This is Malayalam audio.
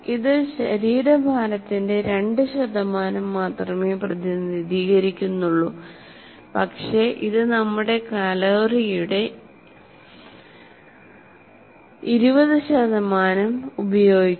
ഇത് ശരീരഭാരത്തിന്റെ 2 മാത്രമേ പ്രതിനിധീകരിക്കുന്നുള്ളൂ പക്ഷേ ഇത് നമ്മുടെ കലോറിയുടെ 20 ഉപയോഗിക്കുന്നു